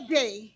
day